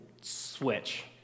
switch